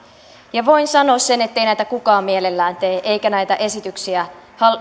voin sanoa sen ettei näitä kukaan mielellään tee eikä näitä esityksiä